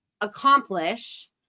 accomplish